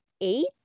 eight